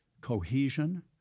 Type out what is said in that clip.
cohesion